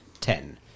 ten